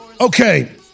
Okay